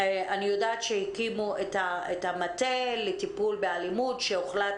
אני יודעת שהקימו את המטה לטיפול באלימות שהוחלט